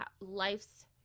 life's